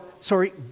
sorry